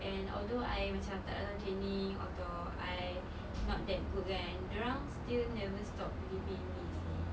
and although I macam tak datang training atau I not that good kan dorang still never stop believing in me seh